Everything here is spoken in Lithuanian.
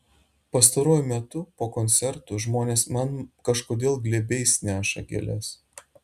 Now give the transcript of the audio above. pastaruoju metu po koncertų žmonės man kažkodėl glėbiais neša gėles